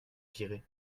viré